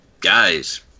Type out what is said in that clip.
guys